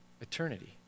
eternity